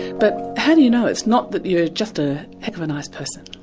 but how do you know, it's not that you're just a heck of a nice person.